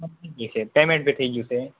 થઈ ગયું છે પેમેટ બી થઈ ગયું છે